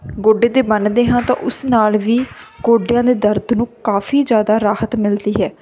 ਗੋਡੇ 'ਤੇ ਬੰਨਦੇ ਹਾਂ ਤਾਂ ਉਸ ਨਾਲ ਵੀ ਗੋਡਿਆਂ ਦੇ ਦਰਦ ਨੂੰ ਕਾਫ਼ੀ ਜ਼ਿਆਦਾ ਰਾਹਤ ਮਿਲਦੀ ਹੈ